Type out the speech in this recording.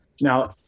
Now